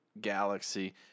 galaxy